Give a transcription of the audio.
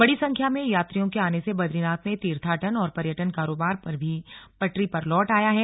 बड़ी संख्या में यात्रियों के आने से बदरीनाथ में तीर्थाटन और पर्यटन कारोबार भी पटरी पर लौट आया है